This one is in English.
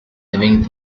having